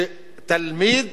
שתלמיד